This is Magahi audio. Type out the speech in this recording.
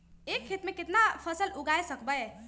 एक खेत मे केतना फसल उगाय सकबै?